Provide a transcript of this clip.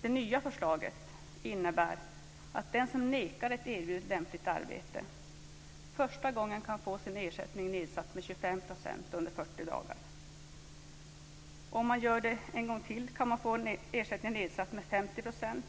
Det nya förslaget innebär att den som nekar ett erbjudet lämpligt arbete första gången kan få sin ersättning nedsatt med 25 % under 40 dagar. Om man gör det en gång till kan man få ersättningen nedsatt med 50 %